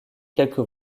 quelques